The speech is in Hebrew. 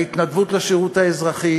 ההתנדבות לשירות האזרחי